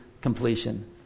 completion